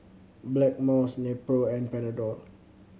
Blackmores Nepro and Panadol